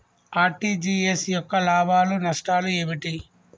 RTGS యొక్క లాభాలు నష్టాలు ఏమిటి?